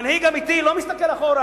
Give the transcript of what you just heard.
מנהיג אמיתי לא מסתכל אחורה,